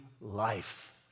life